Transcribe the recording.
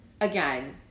again